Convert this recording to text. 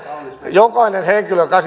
jokainen henkilö